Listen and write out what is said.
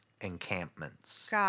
encampments